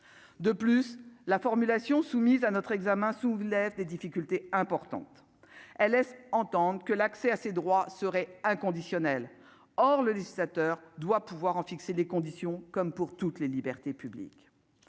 de plus, la formulation soumise à notre examen s'ouvrent, lève des difficultés importantes, elles, laisse entendre que l'accès à ces droits seraient inconditionnel, or le législateur doit pouvoir en fixer les conditions comme pour toutes les libertés publiques,